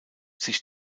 sich